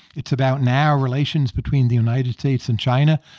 it's about narrow relations between the united states and china.